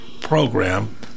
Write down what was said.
program